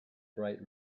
bright